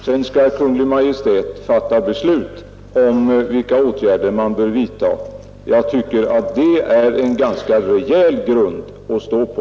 Därefter skall Kungl. Maj:t fatta beslut om vilka åtgärder som bör vidtagas. Det tycker jag är en ganska rejäl grund att stå på.